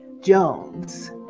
Jones